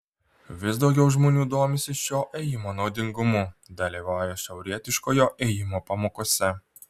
vis daugiau žmonių domisi šio ėjimo naudingumu dalyvauja šiaurietiškojo ėjimo pamokose